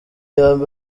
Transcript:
yombi